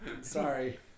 Sorry